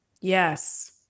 yes